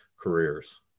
careers